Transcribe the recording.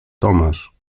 tomasz